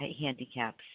handicaps